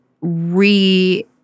re